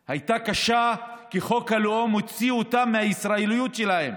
אלא הייתה קשה כי חוק הלאום הוציא אותם מהישראליות שלהם,